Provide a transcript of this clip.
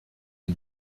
une